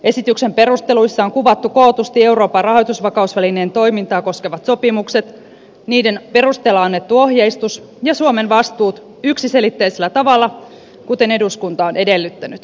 esityksen perusteluissa on kuvattu kootusti euroopan rahoitusvakausvälineen toimintaa koskevat sopimukset niiden perusteella annettu ohjeistus ja suomen vastuut yksiselitteisellä tavalla kuten eduskunta on edellyttänyt